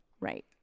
Right